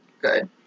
good